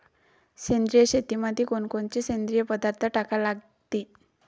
सेंद्रिय शेतीमंदी कोनकोनचे सेंद्रिय पदार्थ टाका लागतीन?